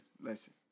Listen